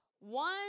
One